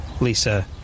Lisa